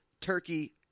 Turkey